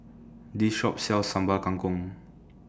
This Shop sells Sambal Kangkong